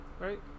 Right